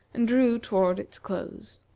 and drew toward its close.